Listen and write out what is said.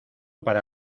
para